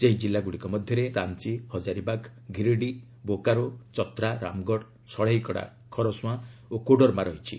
ସେହି କିଲ୍ଲାଗୁଡ଼ିକ ମଧ୍ୟରେ ରାଞ୍ଚି ହଜାରିବାଗ୍ ଗିରିଡି ବୋକାରୋ ଚତ୍ରା ରାମଗଡ଼ ଷଢ଼େଇକଳା ଖରସୁଆଁ ଓ କୋଡରମା ରହିଛି